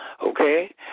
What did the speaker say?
Okay